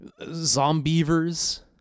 Zombievers